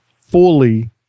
fully